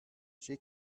she